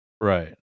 right